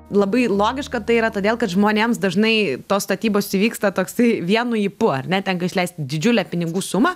labai logiška tai yra todėl kad žmonėms dažnai tos statybos įvyksta toksai vienu ypu ar ne tenka išleist didžiulę pinigų sumą